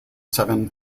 seven